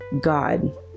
God